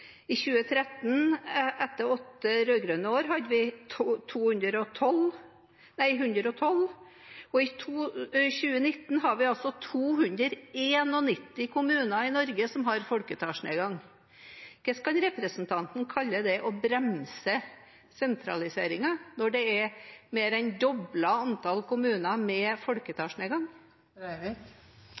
I 2013, etter åtte rød-grønne år, hadde vi 112. I 2019 var det 291 kommuner i Norge som hadde folketallsnedgang. Hvordan kan representanten kalle det å bremse sentraliseringen når antall kommuner med folketallsnedgang er mer enn